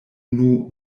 unu